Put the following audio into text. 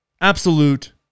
Absolute